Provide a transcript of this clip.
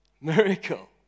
Miracle